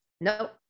no